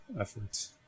efforts